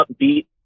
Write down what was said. upbeat